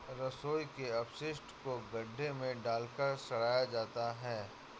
रसोई के अपशिष्ट को गड्ढे में डालकर सड़ाया जाता है